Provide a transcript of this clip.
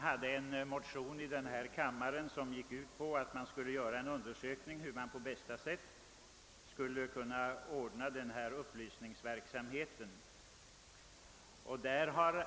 Jag har i denna kammare väckt en motion med begäran att en undersökning skulle göras om hur man på bästa sätt skulle kunna ordna upplysningsverksamheten på detta område.